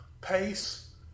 pace